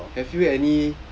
like that lor